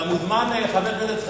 אתה מוזמן, חבר הכנסת זחאלקה,